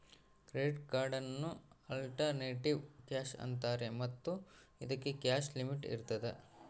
credit ಕಾರ್ಡನ್ನು alternative cash ಅಂತಾರೆ ಮತ್ತು ಇದಕ್ಕೆ ಕ್ಯಾಶ್ ಲಿಮಿಟ್ ಇರ್ತದ